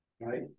right